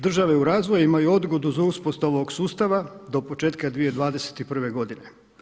Države u razvoju imaju odgodu za uspostavu ovoga sustava do početka 2021. godine.